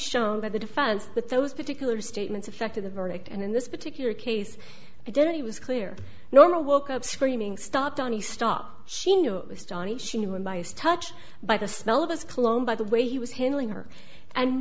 shown by the defense but those particular statements affected the verdict and in this particular case identity was clear normal woke up screaming stopped on the stop she knew it was johnny she was biased touched by the smell of us clone by the way he was handling her and